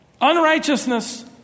Unrighteousness